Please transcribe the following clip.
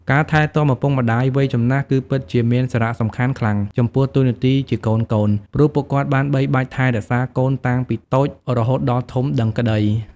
ការថែទំាឳពុកម្តាយវ័យចំណាស់គឺពិតជាមានសារៈសំខាន់ខ្លាំងចំពោះតួនាទីជាកូនៗ ព្រោះពួកគាត់បានបីបាច់ថែរក្សាកូនតាំងពីតូចរហូតដល់ធំដឹងក្តី។